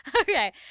Okay